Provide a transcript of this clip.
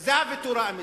זה הוויתור האמיתי.